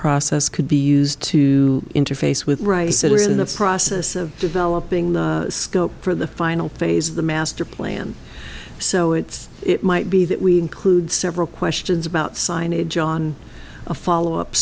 process could be used to interface with rice it was in the process of developing the scope for the final phase of the master plan so it's it might be that we include several questions about signage on a follow up